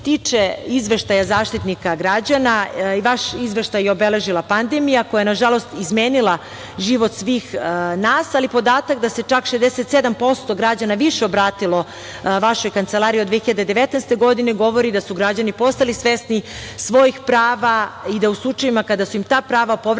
tiče izveštaja Zaštitnika građana, vaš izveštaj je obeležila pandemija koja je nažalost izmenila život svih nas, ali podatak da se čak 67% građana više obratilo vašoj kancelariji od 2019. godine govori da su građani postali svesni svojih prava i da u slučajevima kada su im ta prava povređena